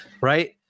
Right